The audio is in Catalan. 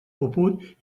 puput